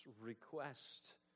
request